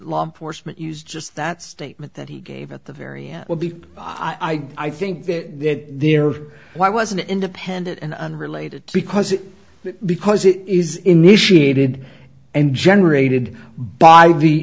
law enforcement use just that statement that he gave at the very end will be i think that there was an independent and unrelated because it because it is initiated and generated by